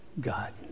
God